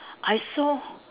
I saw